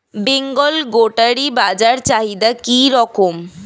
বেঙ্গল গোটারি বাজার চাহিদা কি রকম?